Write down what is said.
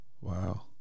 Wow